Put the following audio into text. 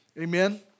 amen